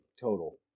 total